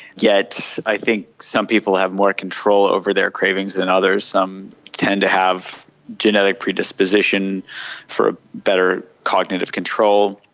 yet i think some people have more control over their cravings than others. some tend to have genetic predisposition for better cognitive control,